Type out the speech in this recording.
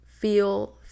feel